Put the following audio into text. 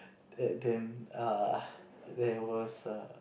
at then err there was err